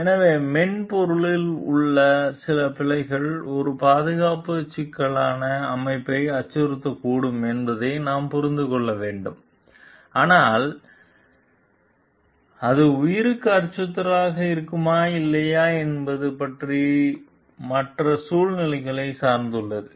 எனவே மென்பொருளில் உள்ள சில பிழைகள் ஒரு பாதுகாப்பு சிக்கலான அமைப்பை அச்சுறுத்தக்கூடும் என்பதை நாம் புரிந்து கொள்ள வேண்டும் ஆனால் அது உயிருக்கு அச்சுறுத்தலாக இருக்குமா இல்லையா என்பது மற்ற சூழ்நிலைகளையும் சார்ந்துள்ளது